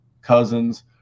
cousins